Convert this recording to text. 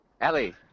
Ellie